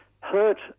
hurt